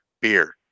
beer